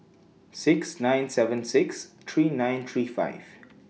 six nine seven six three nine three five